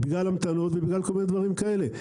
בגלל המתנות ובגלל כל מיני דברים כאלה.